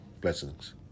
Blessings